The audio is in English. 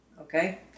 Okay